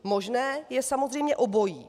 Možné je samozřejmě obojí.